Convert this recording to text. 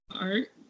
art